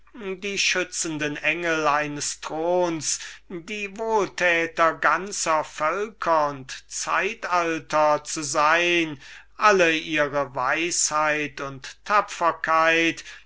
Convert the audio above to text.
die schützenden genii eines throns die wohltäter ganzer völker und zeitalter zu sein alle ihre weisheit und tapferkeit